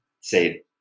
say